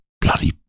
bloody